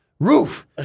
Roof